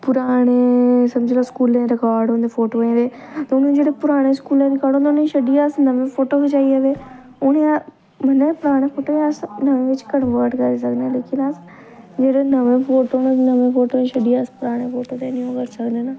पराने समझी लेऔ स्कूलै च रिकार्ड होंदे फोटुएं दे ते उ'नें जेह्ड़े पराने स्कूले दा रिकार्ड होंदा उ'नेंगी छड्डियै अस नमें फोटो खचाइयै ते उ'नें अस मतलब पराने फोटो अस नमें बिच्च कनवर्ट करी सकने आंं लेकिन अस जेह्ड़े नमें फोटो न नमें फोटो गी छड्डियै अस पराने फोटो न्यू करी सकदे न